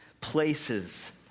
places